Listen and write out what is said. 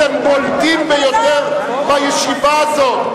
אתם בולטים ביותר בישיבה הזאת.